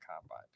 Combine